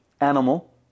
animal